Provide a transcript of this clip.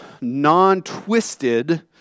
non-twisted